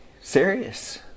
Serious